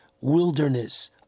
wilderness